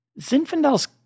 Zinfandel's